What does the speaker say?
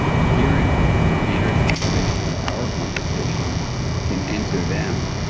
hearing this, the energy and information from our conversation can enter them,